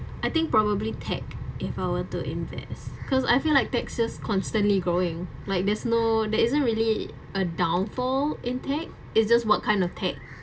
I think probably tech if I were to invest because I feel like tech just constantly growing like there's no there isn't really a downfall in tech it's just what kind of tech